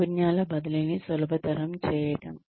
నైపుణ్యాల బదిలీని సులభతరం చేయటం